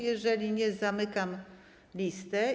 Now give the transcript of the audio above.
Jeżeli nie, zamykam listę.